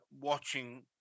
watching